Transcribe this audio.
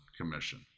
commission